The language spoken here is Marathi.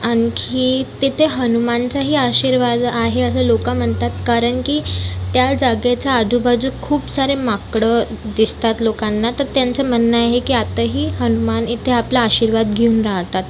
आणखी तिथे हनुमानचाही आशीर्वाद आहे असं लोक म्हणतात कारण की त्या जागेचा आदूबाजू खूप सारे माकडं दिसतात लोकांना तर त्यांचं म्हणणं आहे की आत्ताही हनुमान इथे आपला आशीर्वाद घेऊन राहतात